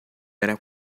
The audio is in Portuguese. era